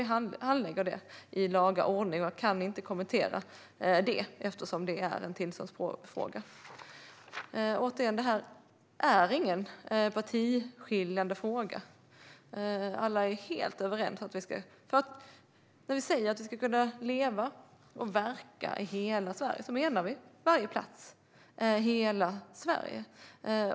Vi handlägger den i laga ordning, och jag kan inte kommentera det eftersom det är en tillståndsfråga. Återigen: Detta är ingen partiskiljande fråga. Alla är helt överens. När vi säger att man ska kunna leva och verka i hela Sverige menar vi varje plats i hela Sverige.